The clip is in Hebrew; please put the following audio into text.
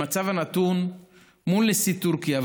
במצב הנתון מול נשיא טורקיה,